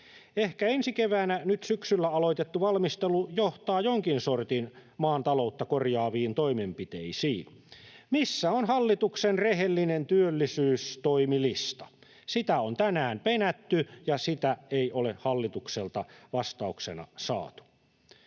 Ehkä ensi keväänä nyt syksyllä aloitettu valmistelu johtaa jonkin sortin maan ta-loutta korjaaviin toimenpiteisiin. Missä on hallituksen rehellinen työllisyystoimilista? Sitä on tänään penätty, ja sitä ei ole hallitukselta vastauksena saatu.